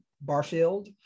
Barfield